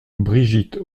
brigitte